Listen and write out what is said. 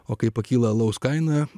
o kai pakyla alaus kaina